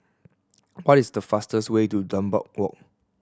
what is the fastest way to Dunbar Walk